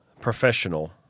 professional